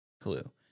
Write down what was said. clue